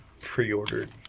pre-ordered